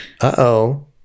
uh-oh